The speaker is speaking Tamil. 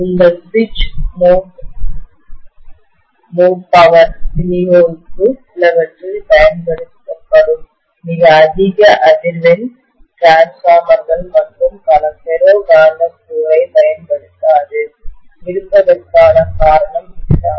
உங்கள் சுவிட்ச்டு மோட் பவர் விநியோகிப்பு சிலவற்றில் பயன்படுத்தப்படும் மிக அதிக அதிர்வெண் மின்மாற்றிகள்டிரான்ஸ்பார்மர்கள் மற்றும் பல ஃபெரோ காந்த கோரை மையத்தைப் பயன்படுத்தாது இருப்பதற்கான காரணம் இதுதான்